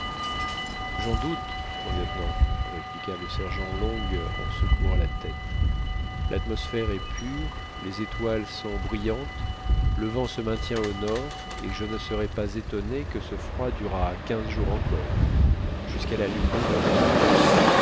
j'en doute mon lieutenant répliqua le sergent long en secouant la tête l'atmosphère est pure les étoiles sont brillantes le vent se maintient au nord et je ne serais pas étonné que ce froid durât quinze jours encore jusqu'à la lune nouvelle